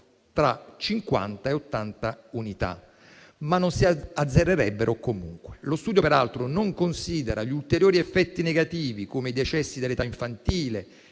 tra 50 e 80 unità, ma non si azzererebbero comunque. Lo studio peraltro non considera gli ulteriori effetti negativi, come i decessi dell'età infantile